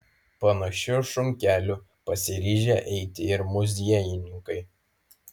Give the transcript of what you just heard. panašiu šunkeliu pasiryžę eiti ir muziejininkai